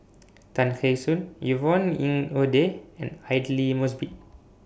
Tay Kheng Soon Yvonne Ng Uhde and Aidli Mosbit